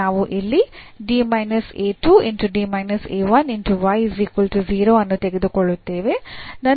ನಾವು ಇಲ್ಲಿ ಅನ್ನು ತೆಗೆದುಕೊಳ್ಳುತ್ತೇವೆ